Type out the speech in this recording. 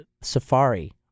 Safari